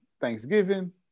Thanksgiving